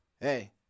hey